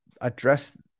address